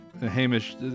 Hamish